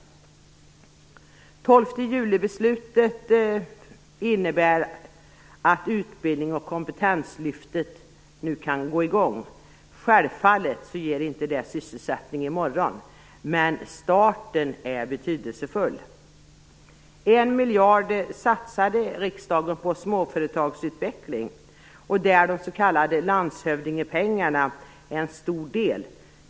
12 juli-beslutet innebär att utbildning och kompetenslyftet nu kan gå i gång. Självfallet ger det inte sysselsättning i morgon, men starten är betydelsefull. Riksdagen satsade 1 miljard kronor på småföretagsutveckling, där de s.k. landshövdingepengarna är en stor del.